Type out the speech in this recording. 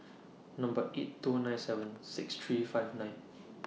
Number eight two nine seven six three five nine